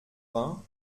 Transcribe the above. vingt